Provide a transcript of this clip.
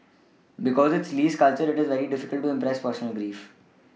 because in Lee's culture it is very difficult to express personal grief